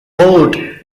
poured